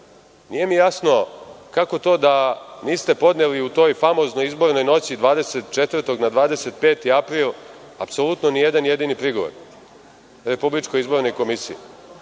nije mi jasno kako to da niste podneli u toj famoznoj izbornoj noći 24. na 25. april apsolutno ni jedan jedini prigovor RIK, nego ste izvršili